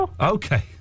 okay